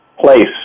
place